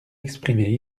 exprimée